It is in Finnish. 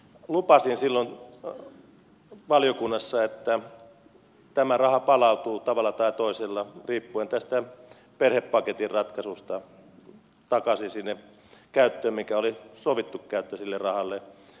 lupasin silloin valiokunnassa että tämä raha palautuu tavalla tai toisella riippuen perhepaketin ratkaisusta takaisin siihen käyttöön mikä oli sovittu käyttö sille rahalle